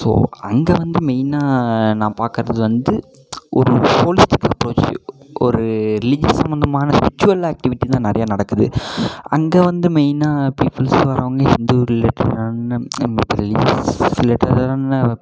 so அங்கே வந்து மெயினாக நான் பார்க்கறது வந்து ஒரு ஒரு ரிலீஜியஸ் சம்மந்தமான விரிச்சுவல் ஆக்டிவிட்டிலாம் நிறையா நடக்குது அங்கே வந்து மெயினாக பீப்புள்ஸ் வர்கிறவங்க ஹிந்து ரிலேட்டடான நம்ம இப்போ ரிலீஜியஸ் ரிலேட்டடான